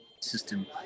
system